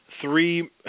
Three